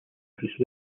bruce